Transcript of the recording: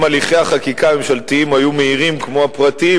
אם הליכי החקיקה הממשלתיים היו מהירים כמו הפרטיים,